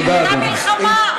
הייתה מלחמה.